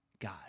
God